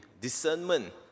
discernment